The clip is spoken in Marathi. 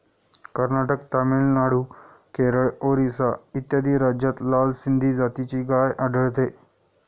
कर्नाटक, तामिळनाडू, केरळ, ओरिसा इत्यादी राज्यांत लाल सिंधी जातीची गाय आढळते